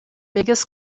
biggest